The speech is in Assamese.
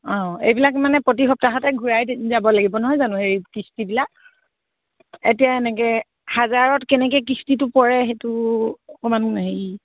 অঁ এইবিলাক মানে প্ৰতি সপ্তাহতে ঘূৰাই দি যাব লাগিব নহয় জানো হেৰি কিস্তিবিলাক এতিয়া এনেকৈ হাজাৰত কেনেকৈ কিস্তিটো পৰে সেইটো অকণমান হেৰি